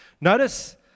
Notice